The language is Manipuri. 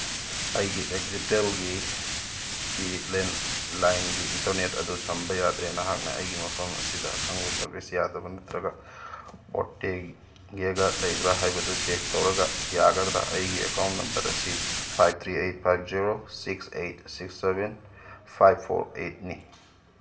ꯑꯩꯒꯤ ꯑꯦꯛꯖꯤꯇꯦꯜꯒꯤꯀꯤ ꯂꯦꯟꯂꯥꯏꯟꯒꯤ ꯏꯟꯇꯔꯅꯦꯠ ꯑꯗꯨ ꯁꯝꯕ ꯌꯥꯗ꯭ꯔꯦ ꯅꯍꯥꯛꯅ ꯑꯩꯒꯤ ꯃꯐꯝ ꯑꯁꯤꯗ ꯑꯈꯪꯕ ꯁꯔꯚꯤꯁ ꯌꯥꯗꯕ ꯅꯠꯇ꯭ꯔꯒ ꯑꯥꯎꯇꯦꯖꯀ ꯂꯩꯕ꯭ꯔꯥ ꯍꯥꯏꯕꯗꯨ ꯆꯦꯛ ꯇꯧꯔꯒ ꯌꯥꯒꯗ꯭ꯔꯥ ꯑꯩꯒꯤ ꯑꯦꯀꯥꯎꯟ ꯅꯝꯕꯔ ꯑꯁꯤ five three eight five zero six eight six seven five four ꯑꯩꯠꯅꯤ